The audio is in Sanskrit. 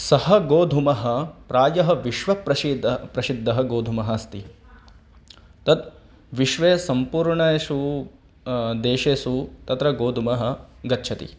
सः गोधूमः प्रायः विश्वप्रसिद्धः प्रसिद्धः गोधूमः अस्ति तत् विश्वे सम्पूर्णेषु देशेषु तत्र गोधूमः गच्छति